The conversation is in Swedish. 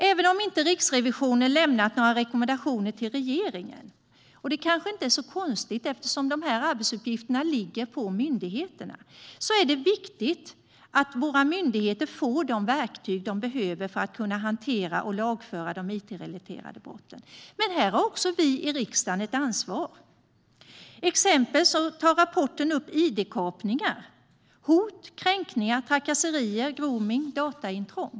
Även om inte Riksrevisionen lämnat några rekommendationer till regeringen, och det kanske inte är så konstigt eftersom de här arbetsuppgifterna ligger på myndigheterna, är det viktigt att våra myndigheter får de verktyg de behöver för att kunna hantera och lagföra de it-relaterade brotten. Här har också vi i riksdagen ett ansvar. Exempel som rapporten tar upp är id-kapningar, hot, kränkningar, trakasserier, gromning och dataintrång.